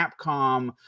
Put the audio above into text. Capcom